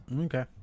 Okay